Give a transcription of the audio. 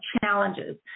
challenges